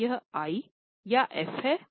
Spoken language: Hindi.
क्या यह आई या एफ है